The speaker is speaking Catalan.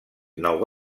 nou